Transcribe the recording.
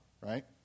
right